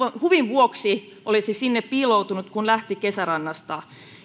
huvin vuoksi olisi sinne piiloutunut kun lähti kesärannasta